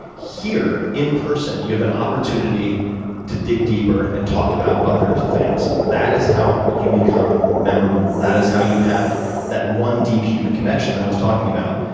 here, in person, you have an opportunity to dig deeper and talk about other things. that is how you become memorable. that is how you have that one deep human connection that i was talking about.